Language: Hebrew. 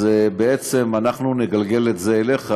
בעצם אנחנו נגלגל את זה אליך,